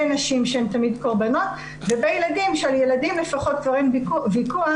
בנשים שהן תמיד קורבנות ובילדים' שעל ילדים לפחות כבר אין ויכוח,